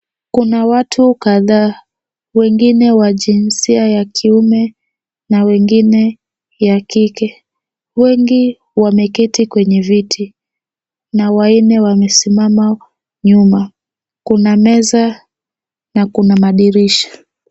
Kuna watu kadhaa, wengine wa jinsia ya kiume na wengine ya kike. Wengi wameketi kwenye viti na wanne wamesimama nyuma. Kuna meza na kuna madirisha.